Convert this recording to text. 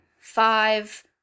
Five